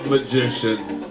Magicians